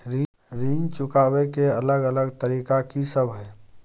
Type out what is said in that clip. ऋण चुकाबय के अलग अलग तरीका की सब हय?